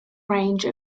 range